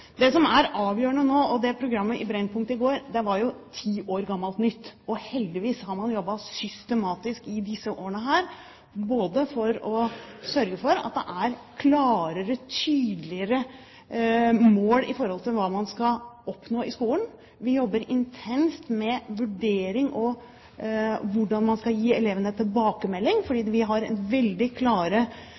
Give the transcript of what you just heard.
Programmet Brennpunkt i går var jo ti år gammelt nytt. Heldigvis har man jobbet systematisk i disse årene for å sørge for at det er klarere og tydeligere mål for hva man skal oppnå i skolen. Vi jobber intenst med vurdering og hvordan man skal gi elevene tilbakemelding, for vi har veldig